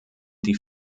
die